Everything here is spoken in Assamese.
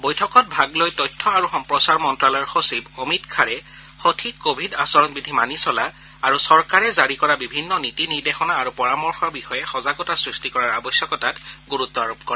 বৈঠকত ভাগ লৈ তথ্য আৰু সম্প্ৰচাৰ মন্ত্যালয়ৰ সচিব অমিত খাড়ে সঠিক কোৱিড আচৰণ বিধি মানি চলা আৰু চৰকাৰে জাৰি কৰা বিভিন্ন নীতি নিৰ্দেশনা আৰু পৰামৰ্শৰ বিষয়ে সজাগতা সৃষ্টি কৰাৰ আৱশ্যকতাত গুৰুত্ব আৰোপ কৰে